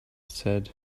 said